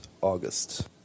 August